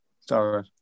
sorry